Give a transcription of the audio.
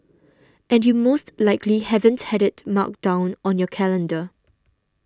and you most likely haven't had it marked down on your calendar